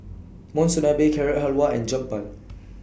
Monsunabe Carrot Halwa and Jokbal